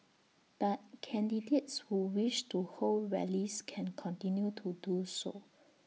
but candidates who wish to hold rallies can continue to do so